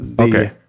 Okay